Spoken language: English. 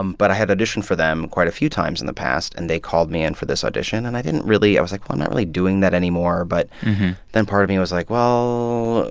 um but i had auditioned for them quite a few times in the past, and they called me in for this audition. and i didn't really i was like, well, i'm not really doing that anymore but then, part of me was like, well,